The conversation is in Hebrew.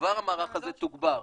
וכבר המערך הזה תוגבר.